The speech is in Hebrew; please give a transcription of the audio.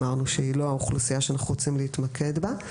אמרנו שהיא לא האוכלוסייה שאנחנו רוצים להתמקד בה.